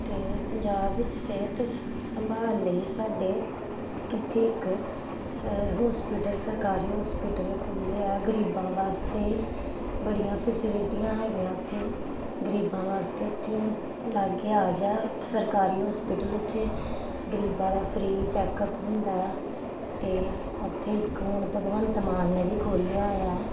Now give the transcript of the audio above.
ਅਤੇ ਪੰਜਾਬ ਵਿੱਚ ਸਿਹਤ ਸ ਸੰਭਾਲ ਲਈ ਸਾਡੇ ਉੱਥੇ ਇੱਕ ਸ ਹੋਸਪਿਟਲ ਸਰਕਾਰੀ ਹੋਸਪਿਟਲ ਖੁੱਲ੍ਹਿਆ ਹੈ ਗਰੀਬਾਂ ਵਾਸਤੇ ਬੜੀਆਂ ਫੈਸਲਿਟੀਆਂ ਹੈਗੀਆਂ ਉੱਥੇ ਗਰੀਬਾਂ ਵਾਸਤੇ ਇੱਥੇ ਲਾਗੇ ਆ ਗਿਆ ਸਰਕਾਰੀ ਹੋਸਪਿਟਲ ਉੱਥੇ ਗਰੀਬਾਂ ਦਾ ਫਰੀ ਚੈੱਕਅਪ ਹੁੰਦਾ ਅਤੇ ਉੱਥੇ ਇਕ ਹੁਣ ਭਗਵੰਤ ਮਾਨ ਨੇ ਵੀ ਖੋਲ੍ਹਿਆ ਆ